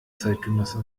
zeitgenosse